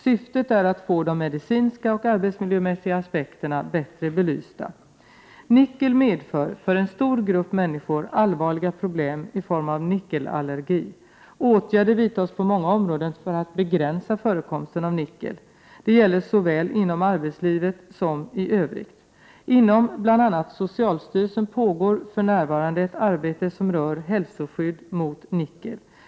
Syftet är att få de medicinska och arbetsmiljömässiga aspekterna bättre belysta. Nickel medför för en stor grupp människor allvarliga problem i form av nickelallergi. Åtgärder vidtas på många områden för att begränsa förekomsten av nickel. Det gäller såväl inom arbetslivet som i övrigt. Inom bl.a. socialstyrelsen pågår för närvarande ett arbete som rör hälsoskydd mot nickel.